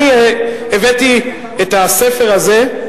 אני הבאתי את הספר הזה.